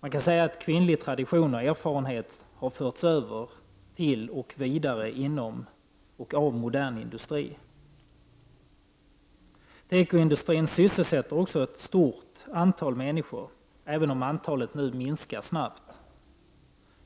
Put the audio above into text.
Man kan säga att kvinnlig tradition och erfarenhet har förts över till och vidare inom och av modern industri. Tekoindustrin sysselsätter också ett stort antal människor, även om antalet nu snabbt minskar.